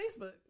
Facebook